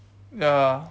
ya